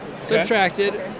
subtracted